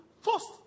First